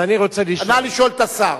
אז אני רוצה לשאול, נא לשאול את השר.